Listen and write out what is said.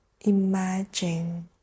Imagine